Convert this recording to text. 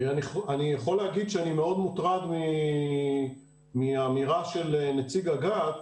אני יכול להגיד שאני מאוד מוטרד מהאמירה של נציג אג"ת,